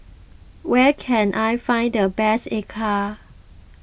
where can I find the best Acar